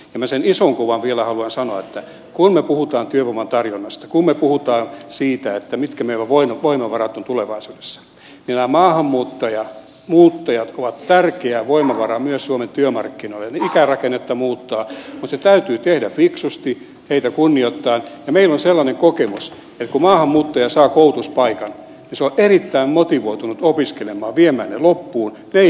minä sen ison kuvan vielä haluan sanoa että kun me puhumme työvoiman tarjonnasta kun me puhumme siitä mitkä meidän voimavaramme ovat tulevaisuudessa niin nämä maahanmuuttajat ovat tärkeä voimavara myös suomen työmarkkinoille ikärakennetta muuttaa mutta se täytyy tehdä fiksusti heitä kunnioittaen ja meillä on sellainen kokemus että kun maahanmuuttaja saa koulutuspaikan niin hän on erittäin motivoitunut opiskelemaan viemään ne loppuun ei keskeytä